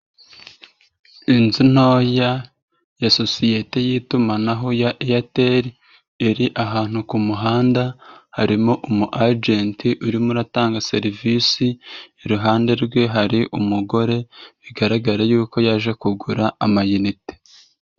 Inzu ntoya ya sosiyete y'itumanaho ya Eyateri iri ahantu ku muhanda, harimo umu ajenti urimo uratanga serivisi, iruhande rwe hari umugore bigaragara yuko yaje kugura amayinite.